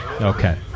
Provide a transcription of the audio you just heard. Okay